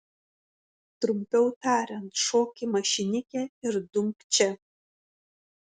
trumpiau tariant šok į mašinikę ir dumk čia